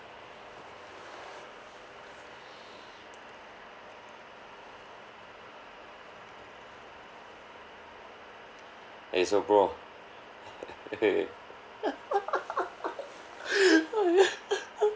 eh so bro